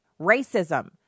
racism